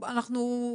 אנחנו,